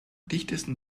dichtesten